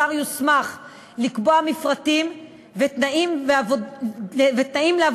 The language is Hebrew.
השר יוסמך לקבוע מפרטים ותנאים לעבודות